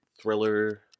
thriller